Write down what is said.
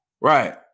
Right